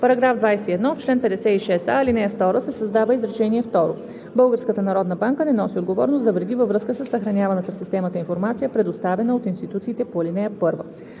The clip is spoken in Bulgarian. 1.“ § 21. В чл. 56а, ал. 2 се създава изречение второ: „Българската народна банка не носи отговорност за вреди във връзка със съхраняваната в системата информация, предоставяна от институциите по ал. 1.“